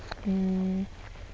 mm